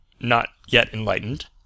not-yet-enlightened